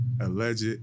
alleged